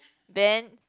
Ben